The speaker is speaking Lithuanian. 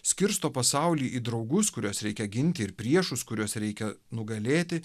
skirsto pasaulį į draugus kuriuos reikia ginti ir priešus kuriuos reikia nugalėti